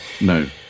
No